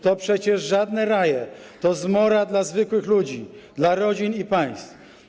To przecież żadne raje, to zmora dla zwykłych ludzi, dla rodzin i państw.